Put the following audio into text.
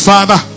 Father